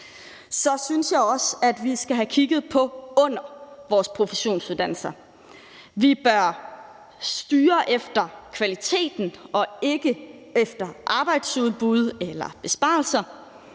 Så synes jeg også, at vi skal have kigget på det, der er under vores professionsuddannelser. Vi bør styre efter kvaliteten og ikke efter arbejdsudbuddet eller efter besparelser.